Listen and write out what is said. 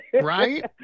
Right